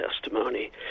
testimony